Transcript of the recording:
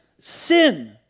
sin